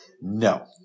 No